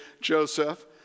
Joseph